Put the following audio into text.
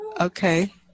Okay